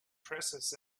presses